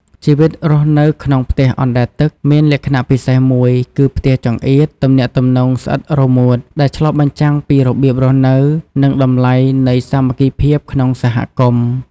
ជីវិតរស់នៅក្នុងផ្ទះអណ្ដែតទឹកមានលក្ខណៈពិសេសមួយគឺ "ផ្ទះចង្អៀត ទំនាក់ទំនងស្អិតរមួត" ដែលឆ្លុះបញ្ចាំងពីរបៀបរស់នៅ និងតម្លៃនៃសាមគ្គីភាពក្នុងសហគមន៍។